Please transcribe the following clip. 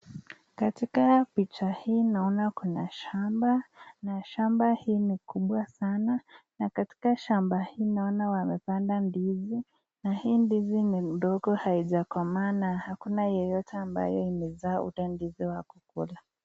Katika picha hii naona kuna shamba na shamba hii nikubwa sana, na katika shamba hii naona wamepanda ndizi na hii ndizi ni ndogo haijakomaa, na hakuna yeyote ambaye imezaa ndizi ya kukula.